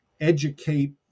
educate